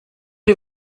chi